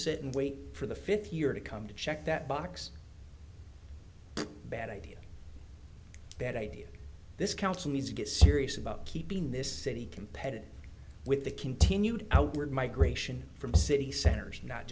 sit and wait for the fifth year to come to check that box bad idea bad idea this council needs to get serious about keeping this city competitive with the continued outward migration from city centers not